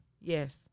yes